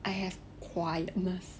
I have quietness